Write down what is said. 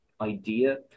idea